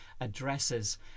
addresses